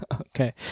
Okay